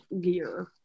gear